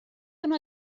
una